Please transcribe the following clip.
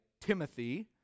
Timothy